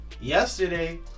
yesterday